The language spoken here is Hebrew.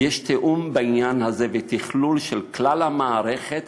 אם יש תיאום בעניין הזה ותכלול של כלל המערכת,